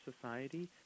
society